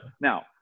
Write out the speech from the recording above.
Now